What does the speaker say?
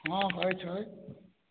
हँ छै छै